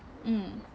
mm